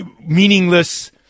meaningless